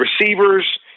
receivers